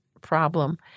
problem